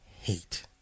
hate